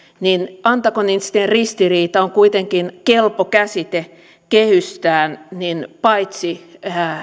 niin antagonistinen ristiriita on kuitenkin kelpo käsite kehystää paitsi